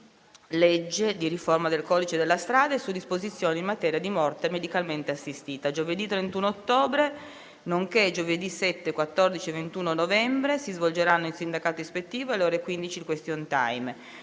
di legge di riforma del codice della strada e su disposizioni in materia di morte medicalmente assistita. Giovedì 31 ottobre, nonché giovedì 7, 14, 21 e 28 novembre si svolgeranno il sindacato ispettivo e, alle ore 15, il *question time.*